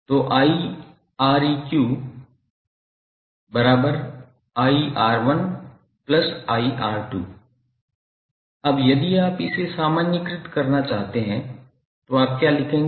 तो i𝑅𝑒𝑞 i𝑅1i𝑅2 अब यदि आप इसे सामान्यीकृत करना चाहते हैं तो आप क्या लिखेंगे